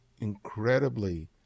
incredibly